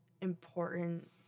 important